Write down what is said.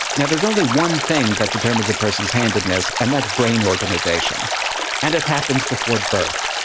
now there's only one thing that determines a person's handedness and that's brain organisation and it happens before birth.